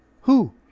who